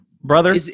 Brother